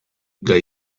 gay